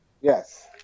Yes